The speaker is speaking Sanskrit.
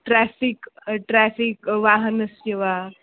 ट्राफ़िक् ट्राफ़िक् वाहनस्य वा